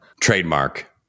Trademark